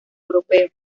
europeo